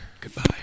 goodbye